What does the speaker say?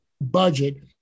budget